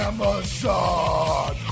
Amazon